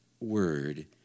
word